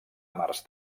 mars